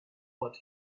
what